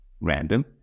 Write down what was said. random